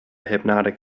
hypnotic